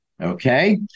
Okay